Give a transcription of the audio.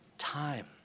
Time